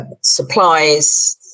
Supplies